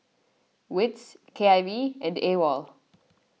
Wits K I V and Awol